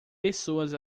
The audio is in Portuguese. pessoas